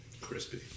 Crispy